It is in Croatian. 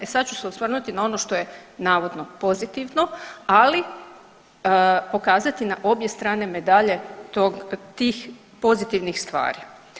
E sad ću se osvrnuti na ono što je navodno pozitivno, ali pokazati na obje strane medalje tih pozitivnih stvari.